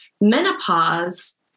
menopause